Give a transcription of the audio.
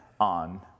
on